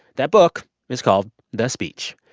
that book is called the speech.